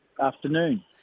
Afternoon